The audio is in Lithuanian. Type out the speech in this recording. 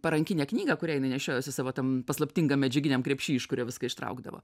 parankinę knygą kurią jinai nešiojosi savo tam paslaptingam medžiaginiam krepšy iš kurio viską ištraukdavo